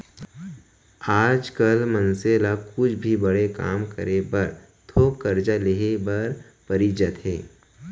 आज काल मनसे ल कुछु भी बड़े काम करे बर थोक करजा लेहे बर परीच जाथे